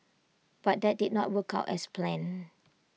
but that did not work out as planned